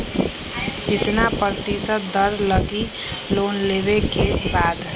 कितना प्रतिशत दर लगी लोन लेबे के बाद?